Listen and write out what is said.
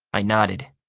i nodded.